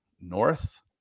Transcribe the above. North